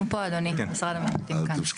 אנחנו פה אדוני, משרד המשפטים כאן.